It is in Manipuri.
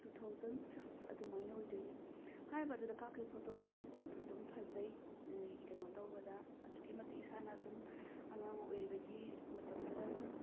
ꯇꯨ ꯊꯥꯎꯖꯟ ꯁꯤꯛꯁ ꯑꯗꯨꯃꯥꯏꯅ ꯑꯣꯏꯗꯣꯏꯅꯦ ꯍꯥꯏꯔꯤꯕ ꯑꯗꯨꯗ ꯀꯥꯞꯈꯤꯕ ꯐꯣꯇꯣꯁꯦ ꯑꯗꯨꯝ ꯐꯖꯩ ꯀꯩꯅꯣ ꯇꯧꯕꯗ ꯑꯁꯨꯛꯀꯤ ꯃꯇꯤꯛ ꯏꯁꯥꯅ ꯁꯨꯝ ꯑꯉꯥꯡ ꯑꯣꯏꯕꯒꯤ ꯃꯇꯝꯗꯨꯗ